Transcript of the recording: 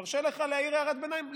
אני מרשה לך להעיר הערת ביניים.